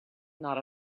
not